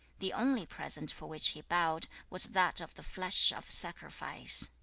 the only present for which he bowed was that of the flesh of sacrifice.